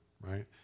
right